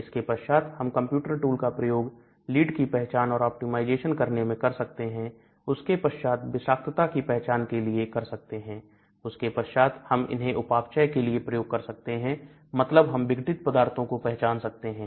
इसके पश्चात हम कंप्यूटर टूल का प्रयोग लीड की पहचान और ऑप्टिमाइजेशन करने में कर सकते हैं उसके पश्चात विषाक्तता की पहचान के लिए कर सकते हैं उसके पश्चात हम इन्हें उपापचय के लिए प्रयोग कर सकते हैं मतलब हम विघटित पदार्थों को पहचान सकते हैं